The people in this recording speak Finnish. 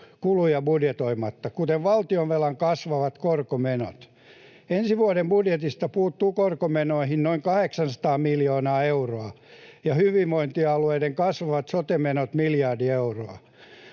kuluja budjetoimatta, kuten valtionvelan kasvavat korkomenot. Ensi vuoden budjetista puuttuu korkomenoihin noin 800 miljoonaa euroa ja hyvinvointialueiden kasvaviin sote-menoihin miljardi euroa.